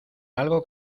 algo